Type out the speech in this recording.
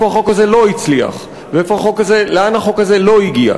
החוק הזה לא הצליח ולאן החוק הזה לא הגיע.